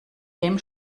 dem